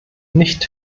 nicht